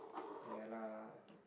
ya lah